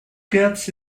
gets